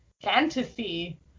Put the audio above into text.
fantasy